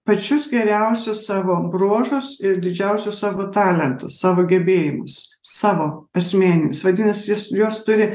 pačius geriausius savo bruožus ir didžiausius savo talentus savo gebėjimus savo asmeninius vadinasi jis juos turi